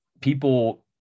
people